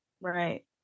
Right